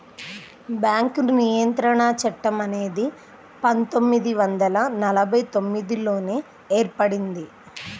bank నియంత్రణ చట్టం అనేది పందొమ్మిది వందల నలభై తొమ్మిదిలోనే ఏర్పడింది